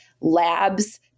labs